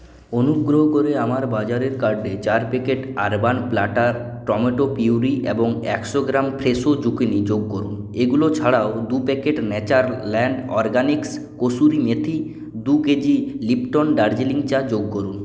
অনুগ্রহ করে আমার বাজারের কার্টে চার packet Urban Platter tomato puree এবং একশো গ্রাম জুকিনি যোগ করুন এগুলো ছাড়াও দু packet Natureland Organics kasuri methi দু কেজি লিপ্টন দার্জিলিং চা যোগ করুন